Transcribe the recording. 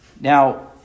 Now